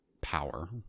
power